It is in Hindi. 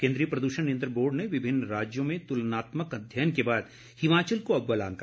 केन्द्रीय प्रदूषण नियंत्रण बोर्ड ने विभिन्न राज्यों में तुलनात्मक अध्ययन के बाद हिमाचल को अव्वल आंका